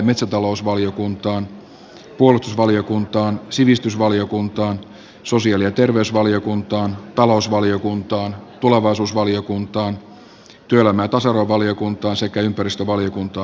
me todella tarvitsemme sitovat pelisäännöt niiden noudattamisen valvontaa ja edelleen sanktiot noudattamatta jättämisestä ja niistä nyt tällä sopimuksella osaltaan sovitaan